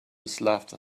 slaughter